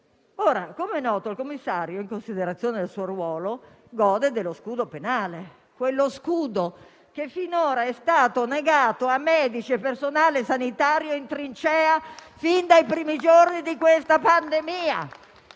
Come noto, il commissario, in considerazione del suo ruolo, gode dello scudo penale, quello scudo che finora è stato negato a medici e personale sanitario in trincea fin dai primi giorni di questa pandemia